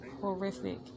Horrific